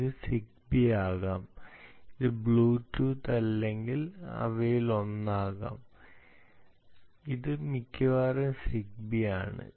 അത് സിഗ്ബി ആകാം അത് ബ്ലൂടൂത്ത് അല്ലെങ്കിൽ അവയിലൊന്നാകാം ഇത് മിക്കവാറും സിഗ്ബീ ആണ്